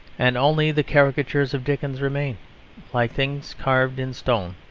and only the caricatures of dickens remain like things carved in stone.